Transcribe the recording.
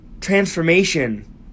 transformation